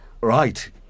Right